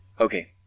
Okay